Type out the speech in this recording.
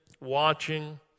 watching